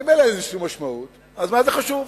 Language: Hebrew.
ממילא אין לזה שום משמעות, אז מה זה חשוב?